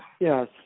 Yes